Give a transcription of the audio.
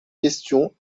questions